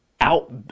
out